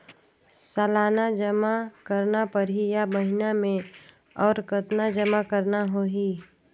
सालाना जमा करना परही या महीना मे और कतना जमा करना होहि?